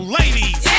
ladies